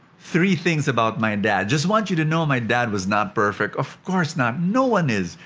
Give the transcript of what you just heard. three things about my and dad. just want you to know, my dad was not perfect. of course, not! no one is.